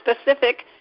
specific